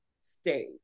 stage